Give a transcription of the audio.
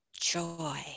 Joy